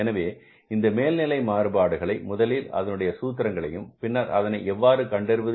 எனவே இந்த மேல்நிலை மாறுபாடுகளை முதலில் அதனுடைய சூத்திரங்களையும் பின்னர் அதனை எவ்வாறு கண்டறிவது